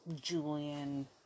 Julian